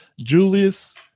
julius